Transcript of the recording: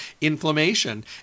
inflammation